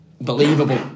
believable